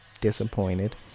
disappointed